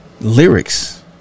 Lyrics